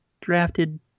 drafted